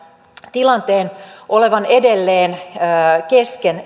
tilanteen olevan edelleen kesken